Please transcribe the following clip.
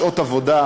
שעות עבודה,